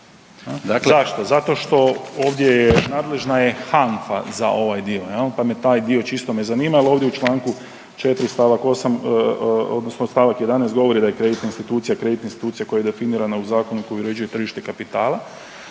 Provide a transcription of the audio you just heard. Zašto? Zato što ovdje je, nadležna je HANFA za ovaj dio jel, pa me taj dio, čisto me zanima jel ovdje u čl. 4. st. 8. odnosno st. 11. govori da je kreditna institucija kreditna institucija koja je definirana u zakonu koji uređuje tržište kapitala.